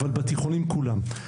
אבל בתיכונים כולם,